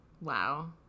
Wow